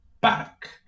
back